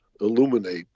illuminate